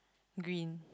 green